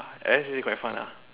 actually quite fun lah